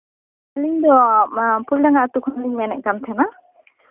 ᱤᱧ ᱫᱚ ᱯᱷᱩᱞᱰᱟᱝᱜᱟ ᱟᱹᱛᱩ ᱠᱷᱚᱱᱤᱧ ᱢᱮᱱᱮᱫ ᱛᱟᱦᱮᱸᱱᱟ